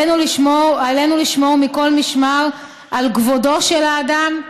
עלינו לשמור מכל משמר על כבודו של האדם,